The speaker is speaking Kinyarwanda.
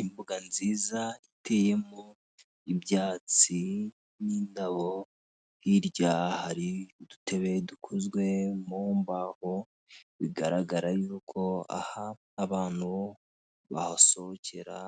Imbuga nziza iteyemo ibyatsi n'indabo, hirya hari udutebe dukozwe mu mbaho bigaragara yuko aha abantu bahasohokera